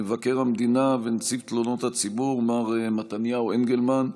מבקר המדינה ונציב תלונות הציבור מר מתניהו אנגלמן,